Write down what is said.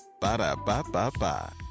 Ba-da-ba-ba-ba